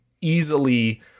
easily